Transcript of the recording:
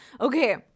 okay